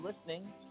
listening